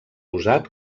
usat